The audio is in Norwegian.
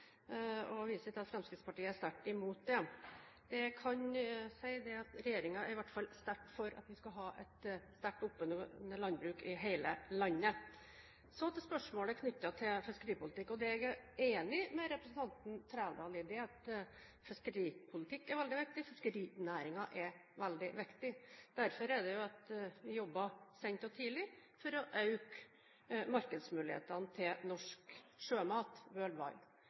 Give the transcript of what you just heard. og viser til at Fremskrittspartiet er sterkt imot det. Det jeg kan si, er at regjeringen i hvert fall er sterkt for at vi skal ha et sterkt, oppegående landbruk i hele landet. Så til spørsmålet knyttet til fiskeripolitikk. Det jeg er enig med representanten Trældal i, er at fiskeripolitikk er veldig viktig, fiskerinæringen er veldig viktig. Derfor er det vi jobber sent og tidlig for å øke markedsmulighetene til norsk sjømat